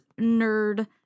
nerd